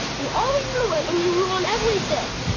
you're always in the way and you ruin everything.